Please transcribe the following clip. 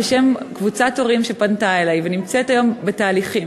בשם קבוצת הורים שפנתה אלי: הם נמצאים היום בתהליכים.